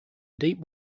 deep